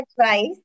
advice